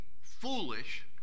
foolish